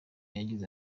yagize